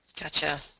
Gotcha